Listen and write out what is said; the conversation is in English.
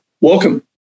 Welcome